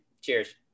cheers